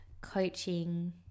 coaching